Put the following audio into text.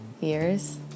years